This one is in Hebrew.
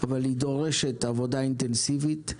היא דורשת עבודה אינטנסיבית.